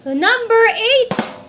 number eight?